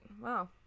Wow